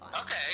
okay